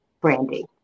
Brandy